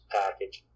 package